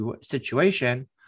situation